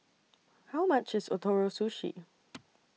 How much IS Ootoro Sushi